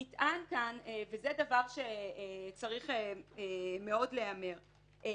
חשוב שייאמר כי